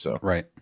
Right